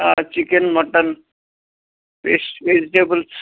chicken mutton fish vegetables